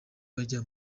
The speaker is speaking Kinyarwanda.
bajya